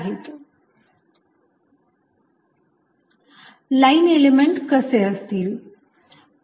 cosθcosϕxcosθsinϕy sinθz sinϕxcosϕy line element कसे असतील